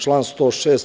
Član 106.